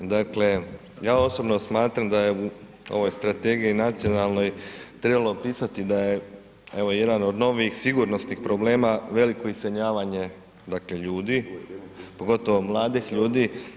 Dakle ja osobno smatram da je u ovoj Strategiji nacionalnoj trebalo pisati da je, evo jedan od novijih sigurnosnih problema veliko iseljavanje dakle ljudi, pogotovo mladih ljudi.